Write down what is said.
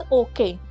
okay